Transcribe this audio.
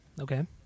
Okay